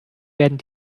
werden